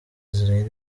israel